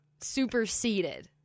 superseded